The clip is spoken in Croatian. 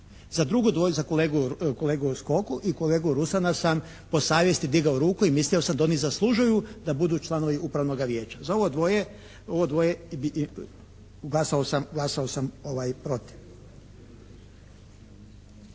Za drugo dvoje, za kolegu Skoku i kolegu Rusana sam po savjesti digao ruku i mislio sam da oni zaslužuju da budu članovi Upravnoga vijeća. Za ovo dvoje bi, glasao sam protiv.